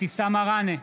אבתיסאם מראענה,